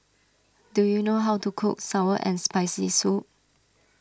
do you know how to cook Sour and Spicy Soup